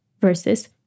versus